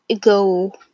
go